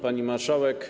Pani Marszałek!